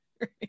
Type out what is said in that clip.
right